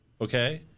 okay